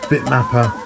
Bitmapper